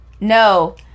No